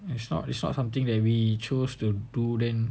and it's not it's not something that we chose to do then